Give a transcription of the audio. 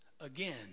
again